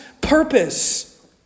purpose